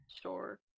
Sure